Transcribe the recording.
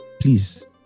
Please